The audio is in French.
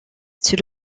c’est